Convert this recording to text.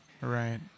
right